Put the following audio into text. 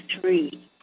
three